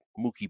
Mookie